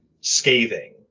scathing